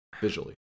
visually